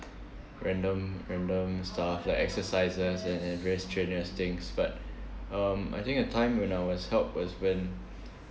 random random stuff like exercises and very strenuous things but um I think a time when I was helped was when